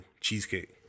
cheesecake